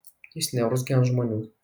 jis neurzgia ant žmonių